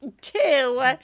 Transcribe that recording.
two